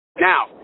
Now